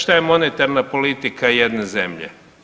Šta je monetarna politika jedne zemlje?